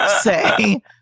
say